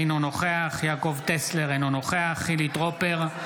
אינו נוכח יעקב טסלר, אינו נוכח חילי טרופר,